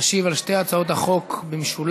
תשיב על שתי הצעות החוק במשולב,